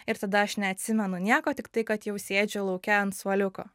ir tada aš neatsimenu nieko tiktai kad jau sėdžiu lauke ant suoliuko